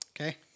Okay